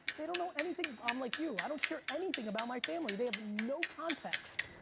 they don't know anything, i'm like you, i don't share anything about my family, they have no context,